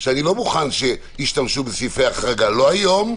שאני לא מוכן שישתמשו בסעיפי ההחרגה לא היום,